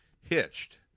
Hitched